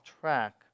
track